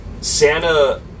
Santa